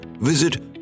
visit